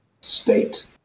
state